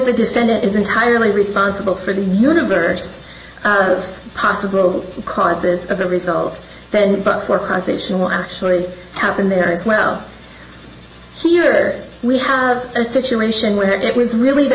the defendant is entirely responsible for the universe of possible causes of a result then but for conservation what actually happened there as well here we have a situation where it was really the